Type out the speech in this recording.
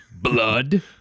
blood